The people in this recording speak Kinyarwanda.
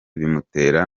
bimutera